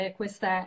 questa